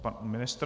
Pan ministr.